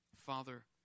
Father